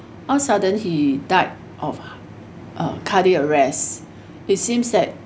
all of sudden he died of uh cardiac arrest it seems that